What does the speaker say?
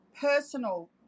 personal